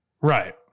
Right